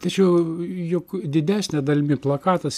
tačiau juk didesne dalimi plakatas